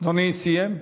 אדוני סיים?